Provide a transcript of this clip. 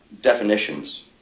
definitions